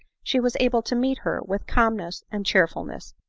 she was able to meet her with calmness and cheerfulness.